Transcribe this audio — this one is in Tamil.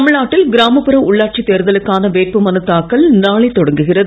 தமிழ்நாட்டில் கிராமப்புற உள்ளாட்சித் தேர்தலுக்கான வேட்புமனு தாக்கல் நாளை தொடங்குகிறது